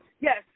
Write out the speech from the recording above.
Yes